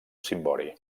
cimbori